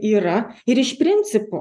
yra ir iš principo